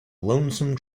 lonesome